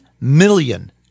million